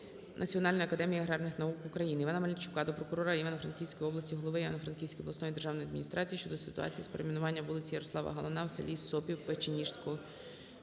Національної академії аграрних наук України. Івана Мельничука до прокурора Івано-Франківської області, голови Івано-Франківської обласної державної адміністрації щодо ситуації з перейменуванням вулиці Ярослава Галана у селі Сопів Печеніжинської